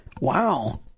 Wow